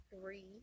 three